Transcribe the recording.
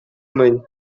мӗн